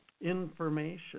information